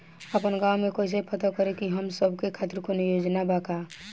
आपन गाँव म कइसे पता करि की हमन सब के खातिर कौनो योजना बा का?